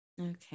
Okay